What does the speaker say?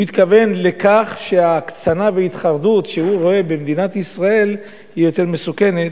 הוא התכוון לכך שההקצנה וההתחרדות שהוא רואה במדינת ישראל יותר מסוכנות,